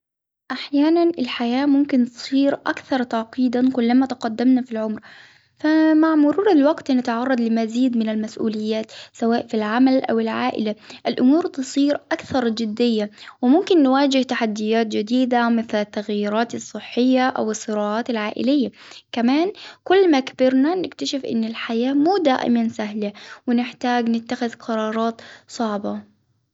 أحيانا الحياة ممكن تصير أكثر تعقيدا كلما تقدمنا في العمر، ف مع مرور الوقت نتعرض لمزيد من المسئوليات سواء في العمل أو العائلة، الأمور أكثر جدية وممكن نواجه تحديات جديدة مثل التغييرات الصحية أو الصعوبات العائلية، كمان كل ما كبرنا نكتشف أن الحياة مو دائما سهلة، ونحتاج نتخذ قرارات صعبة.